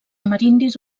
amerindis